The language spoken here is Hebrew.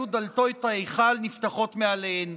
והיו דלתות ההיכל נפתחות מאליהן".